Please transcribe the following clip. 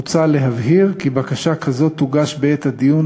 מוצע להבהיר כי בקשה כזאת תוגש בעת הדיון